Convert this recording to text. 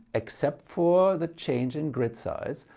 except for the change in grid size,